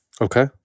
Okay